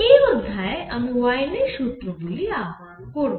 এই অধ্যায়ে আমি ওয়েইনের সুত্রগুলি Wien's formulas আহরণ করব